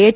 H